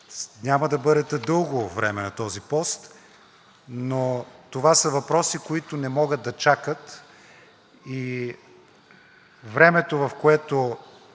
няма да бъдете дълго време на този пост, но това са въпроси, които не могат да чакат,